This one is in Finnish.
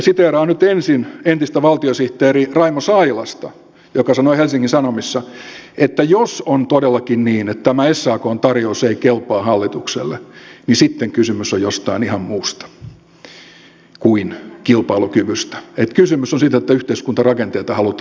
siteeraan nyt ensin entistä valtiosihteeri raimo sailasta joka sanoi helsingin sanomissa että jos on todellakin niin että tämä sakn tarjous ei kelpaa hallitukselle niin sitten kysymys on jostain ihan muusta kuin kilpailukyvystä että kysymys on siitä että yhteiskuntarakenteita halutaan muuttaa